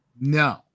No